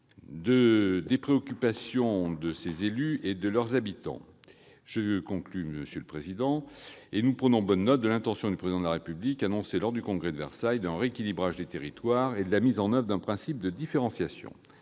des préoccupations de leurs élus et de leurs habitants. Veuillez conclure, mon cher collègue. Nous prenons bonne note de l'intention du Président de la République, annoncée lors du Congrès à Versailles, d'un rééquilibrage des territoires et de la mise en oeuvre d'un principe de différenciation.